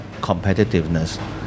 competitiveness